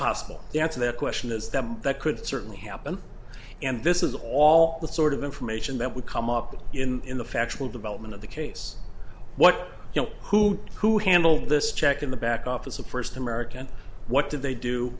possible the answer that question is that that could certainly happen and this is all the sort of information that would come up in the factual development of the case what you know who who handled this check in the back office of first american what did they do